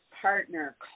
partner